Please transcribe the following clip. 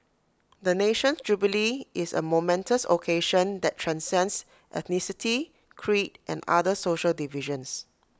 the nation's jubilee is A momentous occasion that transcends ethnicity creed and other social divisions